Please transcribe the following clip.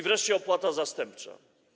Wreszcie opłata zastępcza.